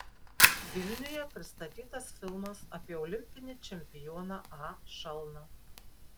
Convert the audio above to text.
vilniuje pristatytas filmas apie olimpinį čempioną a šalną